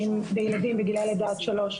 ואני אתחיל אולי מהסוף,